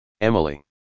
Emily